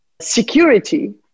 security